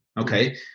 Okay